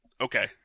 okay